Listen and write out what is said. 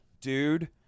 dude